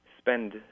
spend